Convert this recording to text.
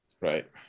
Right